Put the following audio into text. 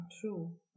true